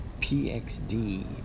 PXD